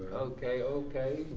okay, okay.